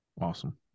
Awesome